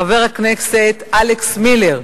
חבר הכנסת אלכס מילר,